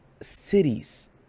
cities